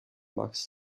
max